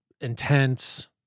intense